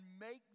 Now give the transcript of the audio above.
make